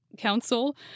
Council